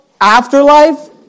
afterlife